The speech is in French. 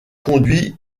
conduit